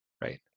right